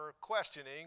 questioning